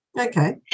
Okay